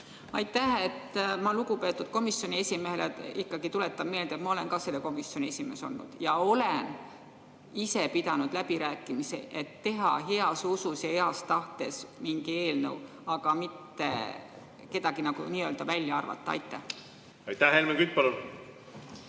Aitäh! Ma lugupeetud komisjoni esimehele ikkagi tuletan meelde, et ma olen ka selle komisjoni esimees olnud ja olen ise pidanud läbirääkimisi, et teha heas usus ja heas tahtes mingi eelnõu, aga mitte kedagi nii-öelda välja arvata. Aitäh! Helmen Kütt, palun!